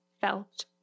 felt